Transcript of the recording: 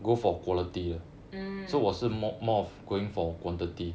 mm